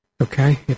Okay